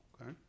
okay